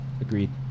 Agreed